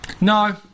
No